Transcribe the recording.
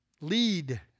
Lead